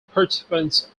participants